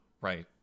Right